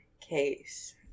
case